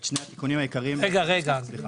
את שני התיקונים העיקריים שהביקורת